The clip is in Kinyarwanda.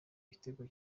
igitego